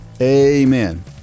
amen